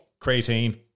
Creatine